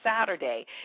Saturday